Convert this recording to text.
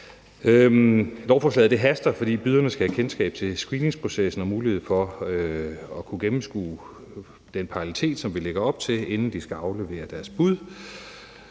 Lovforslaget haster, fordi byderne skal have kendskab til screeningsprocessen og mulighed for at kunne gennemskue den parallelitet, som vi lægger op til, inden de skal aflevere deres bud.